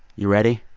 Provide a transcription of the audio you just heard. you ready?